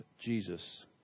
Jesus